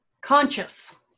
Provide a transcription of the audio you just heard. Conscious